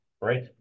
right